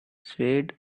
swayed